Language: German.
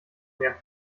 mir